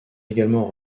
également